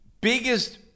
biggest